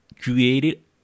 created